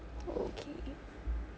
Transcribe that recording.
okay